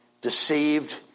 deceived